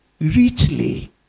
richly